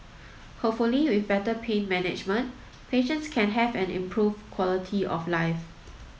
hopefully with better pain management patients can have an improved quality of life